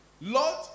Lord